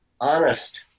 Honest